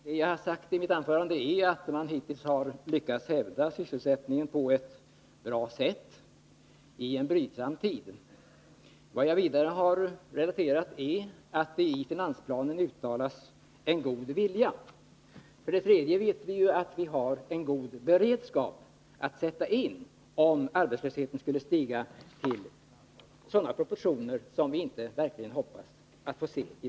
Herr talman! I mitt anförande sade jag att man hittills har lyckats klara sysselsättningen bra i en brydsam tid. Vidare framhöll jag att det i finansplanen visas en god vilja. Vi vet också att vi har en god beredskap, om arbetslösheten skulle få sådana proportioner som vi verkligen hoppas slippa se.